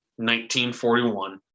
1941